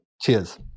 Cheers